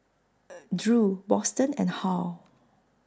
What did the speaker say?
Drew Boston and Hal